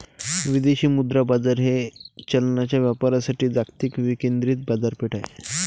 विदेशी मुद्रा बाजार हे चलनांच्या व्यापारासाठी जागतिक विकेंद्रित बाजारपेठ आहे